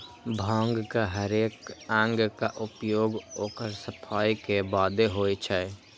भांगक हरेक अंगक उपयोग ओकर सफाइ के बादे होइ छै